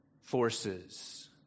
forces